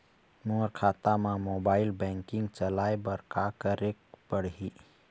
मोर खाता मा mobile banking चलाए बर का करेक पड़ही?